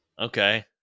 Okay